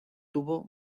tuvo